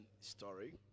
story